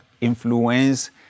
influence